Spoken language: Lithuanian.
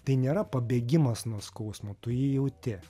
tai nėra pabėgimas nuo skausmo tu jį jauti